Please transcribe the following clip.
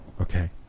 Okay